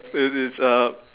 it it's a